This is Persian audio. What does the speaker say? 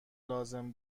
لازم